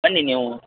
ಬನ್ನಿ ನೀವು